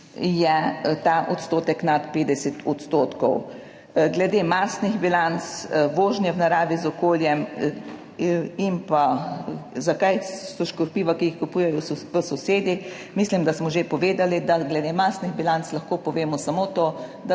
je ta odstotek nad 50 %. Glede masnih bilanc, vožnje v naravi, z okoljem in pa zakaj so škropiva, ki jih kupujejo v sosedi, mislim, da smo že povedali, da glede masnih bilanc lahko povemo samo to, da